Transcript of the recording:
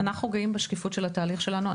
אנחנו גאים בשקיפות של התהליך שלנו.